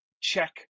check